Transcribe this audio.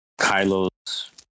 Kylo's